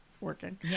working